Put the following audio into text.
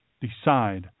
Decide